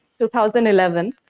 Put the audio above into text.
2011